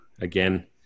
Again